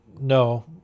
no